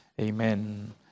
Amen